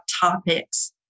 topics